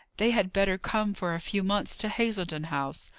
they had better come for a few months to hazledon house.